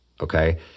Okay